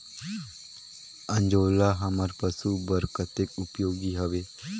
अंजोला हमर पशु बर कतेक उपयोगी हवे?